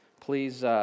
please